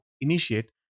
initiate